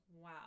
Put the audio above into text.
wow